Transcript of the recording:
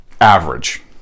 average